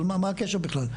אבל מה הקשר בכלל,